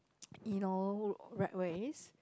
you know rat race